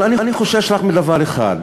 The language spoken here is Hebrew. אבל אני חושש רק מדבר אחד,